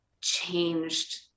changed